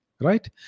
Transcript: right